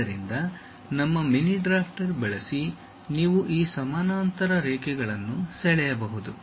ಆದ್ದರಿಂದ ನಿಮ್ಮ mini drafter ಬಳಸಿ ನೀವು ಈ ಸಮಾನಾಂತರ ರೇಖೆಗಳನ್ನು ಸೆಳೆಯಬಹುದು